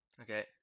Okay